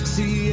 See